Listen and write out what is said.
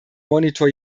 monitor